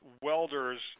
welders